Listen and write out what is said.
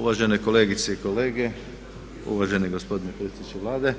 Uvažene kolegice i kolege, uvaženi gospodine predsjedniče Vlade